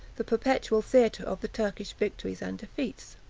the perpetual theatre of the turkish victories and defeats.